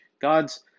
God's